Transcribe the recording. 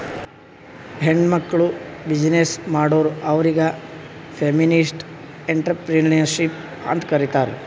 ಹೆಣ್ಮಕ್ಕುಳ್ ಬಿಸಿನ್ನೆಸ್ ಮಾಡುರ್ ಅವ್ರಿಗ ಫೆಮಿನಿಸ್ಟ್ ಎಂಟ್ರರ್ಪ್ರಿನರ್ಶಿಪ್ ಅಂತ್ ಕರೀತಾರ್